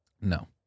No